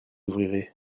ouvrirez